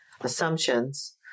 assumptions